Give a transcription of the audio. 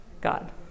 God